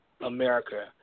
America